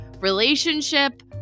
relationship